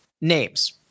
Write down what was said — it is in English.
names